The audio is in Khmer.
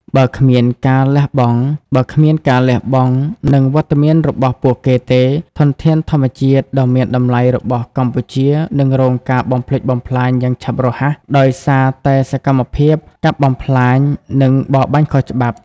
បើគ្មានការលះបង់ និងវត្តមានរបស់ពួកគេទេ ធនធានធម្មជាតិដ៏មានតម្លៃរបស់កម្ពុជានឹងរងការបំផ្លិចបំផ្លាញយ៉ាងឆាប់រហ័ស ដោយសារតែសកម្មភាពកាប់បំផ្លាញ និងបរបាញ់ខុសច្បាប់។